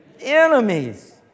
enemies